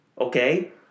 Okay